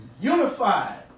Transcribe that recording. Unified